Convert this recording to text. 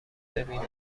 ببیند